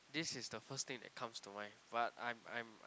this is the first thing that comes to mind but I'm I'm